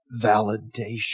validation